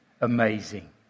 amazing